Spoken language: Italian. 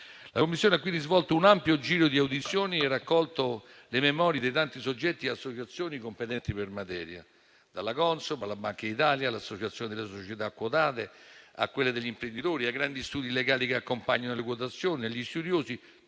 La Commissione ha svolto un ampio giro di audizioni e raccolto le memorie dei tanti soggetti e associazioni competenti per materia: dalla Consob alla Banca d'Italia, all'associazione delle società quotate, a quelle degli imprenditori, ai grandi studi legali che accompagnano le quotazioni e agli studiosi.